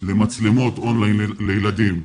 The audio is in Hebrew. למצלמות לילדים.